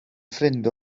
ffrind